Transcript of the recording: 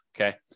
okay